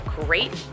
great